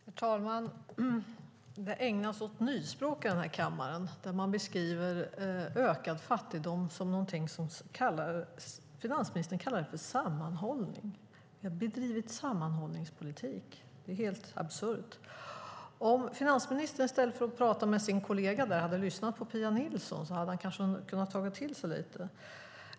Herr talman! Man ägnar sig åt nyspråk i kammaren. Finansministern kallar ökad fattigdom sammanhållning och säger att det har bedrivits en sammanhållningspolitik. Det är helt absurt. Om finansministern i stället för att prata med sin kollega hade lyssnat på Pia Nilsson hade han kanske kunnat ta till sig det hon sade.